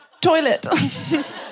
toilet